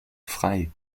frei